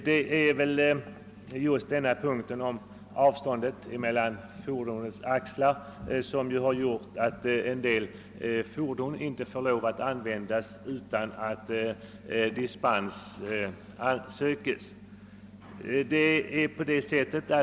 Det är väl just denna bestämmelse om avståndet mellan fordonets axlar som gjort att en del fordon inte får användas utan att dispens sökes.